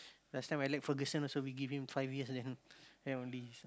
last time Alex-Ferguson also was given him five years then then